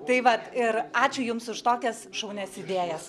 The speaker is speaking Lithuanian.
tai vat ir ačiū jums už tokias šaunias idėjas